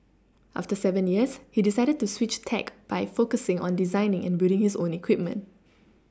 after seven years he decided to switch tack by focusing on designing and building his own equipment